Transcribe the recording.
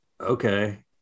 okay